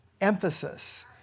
emphasis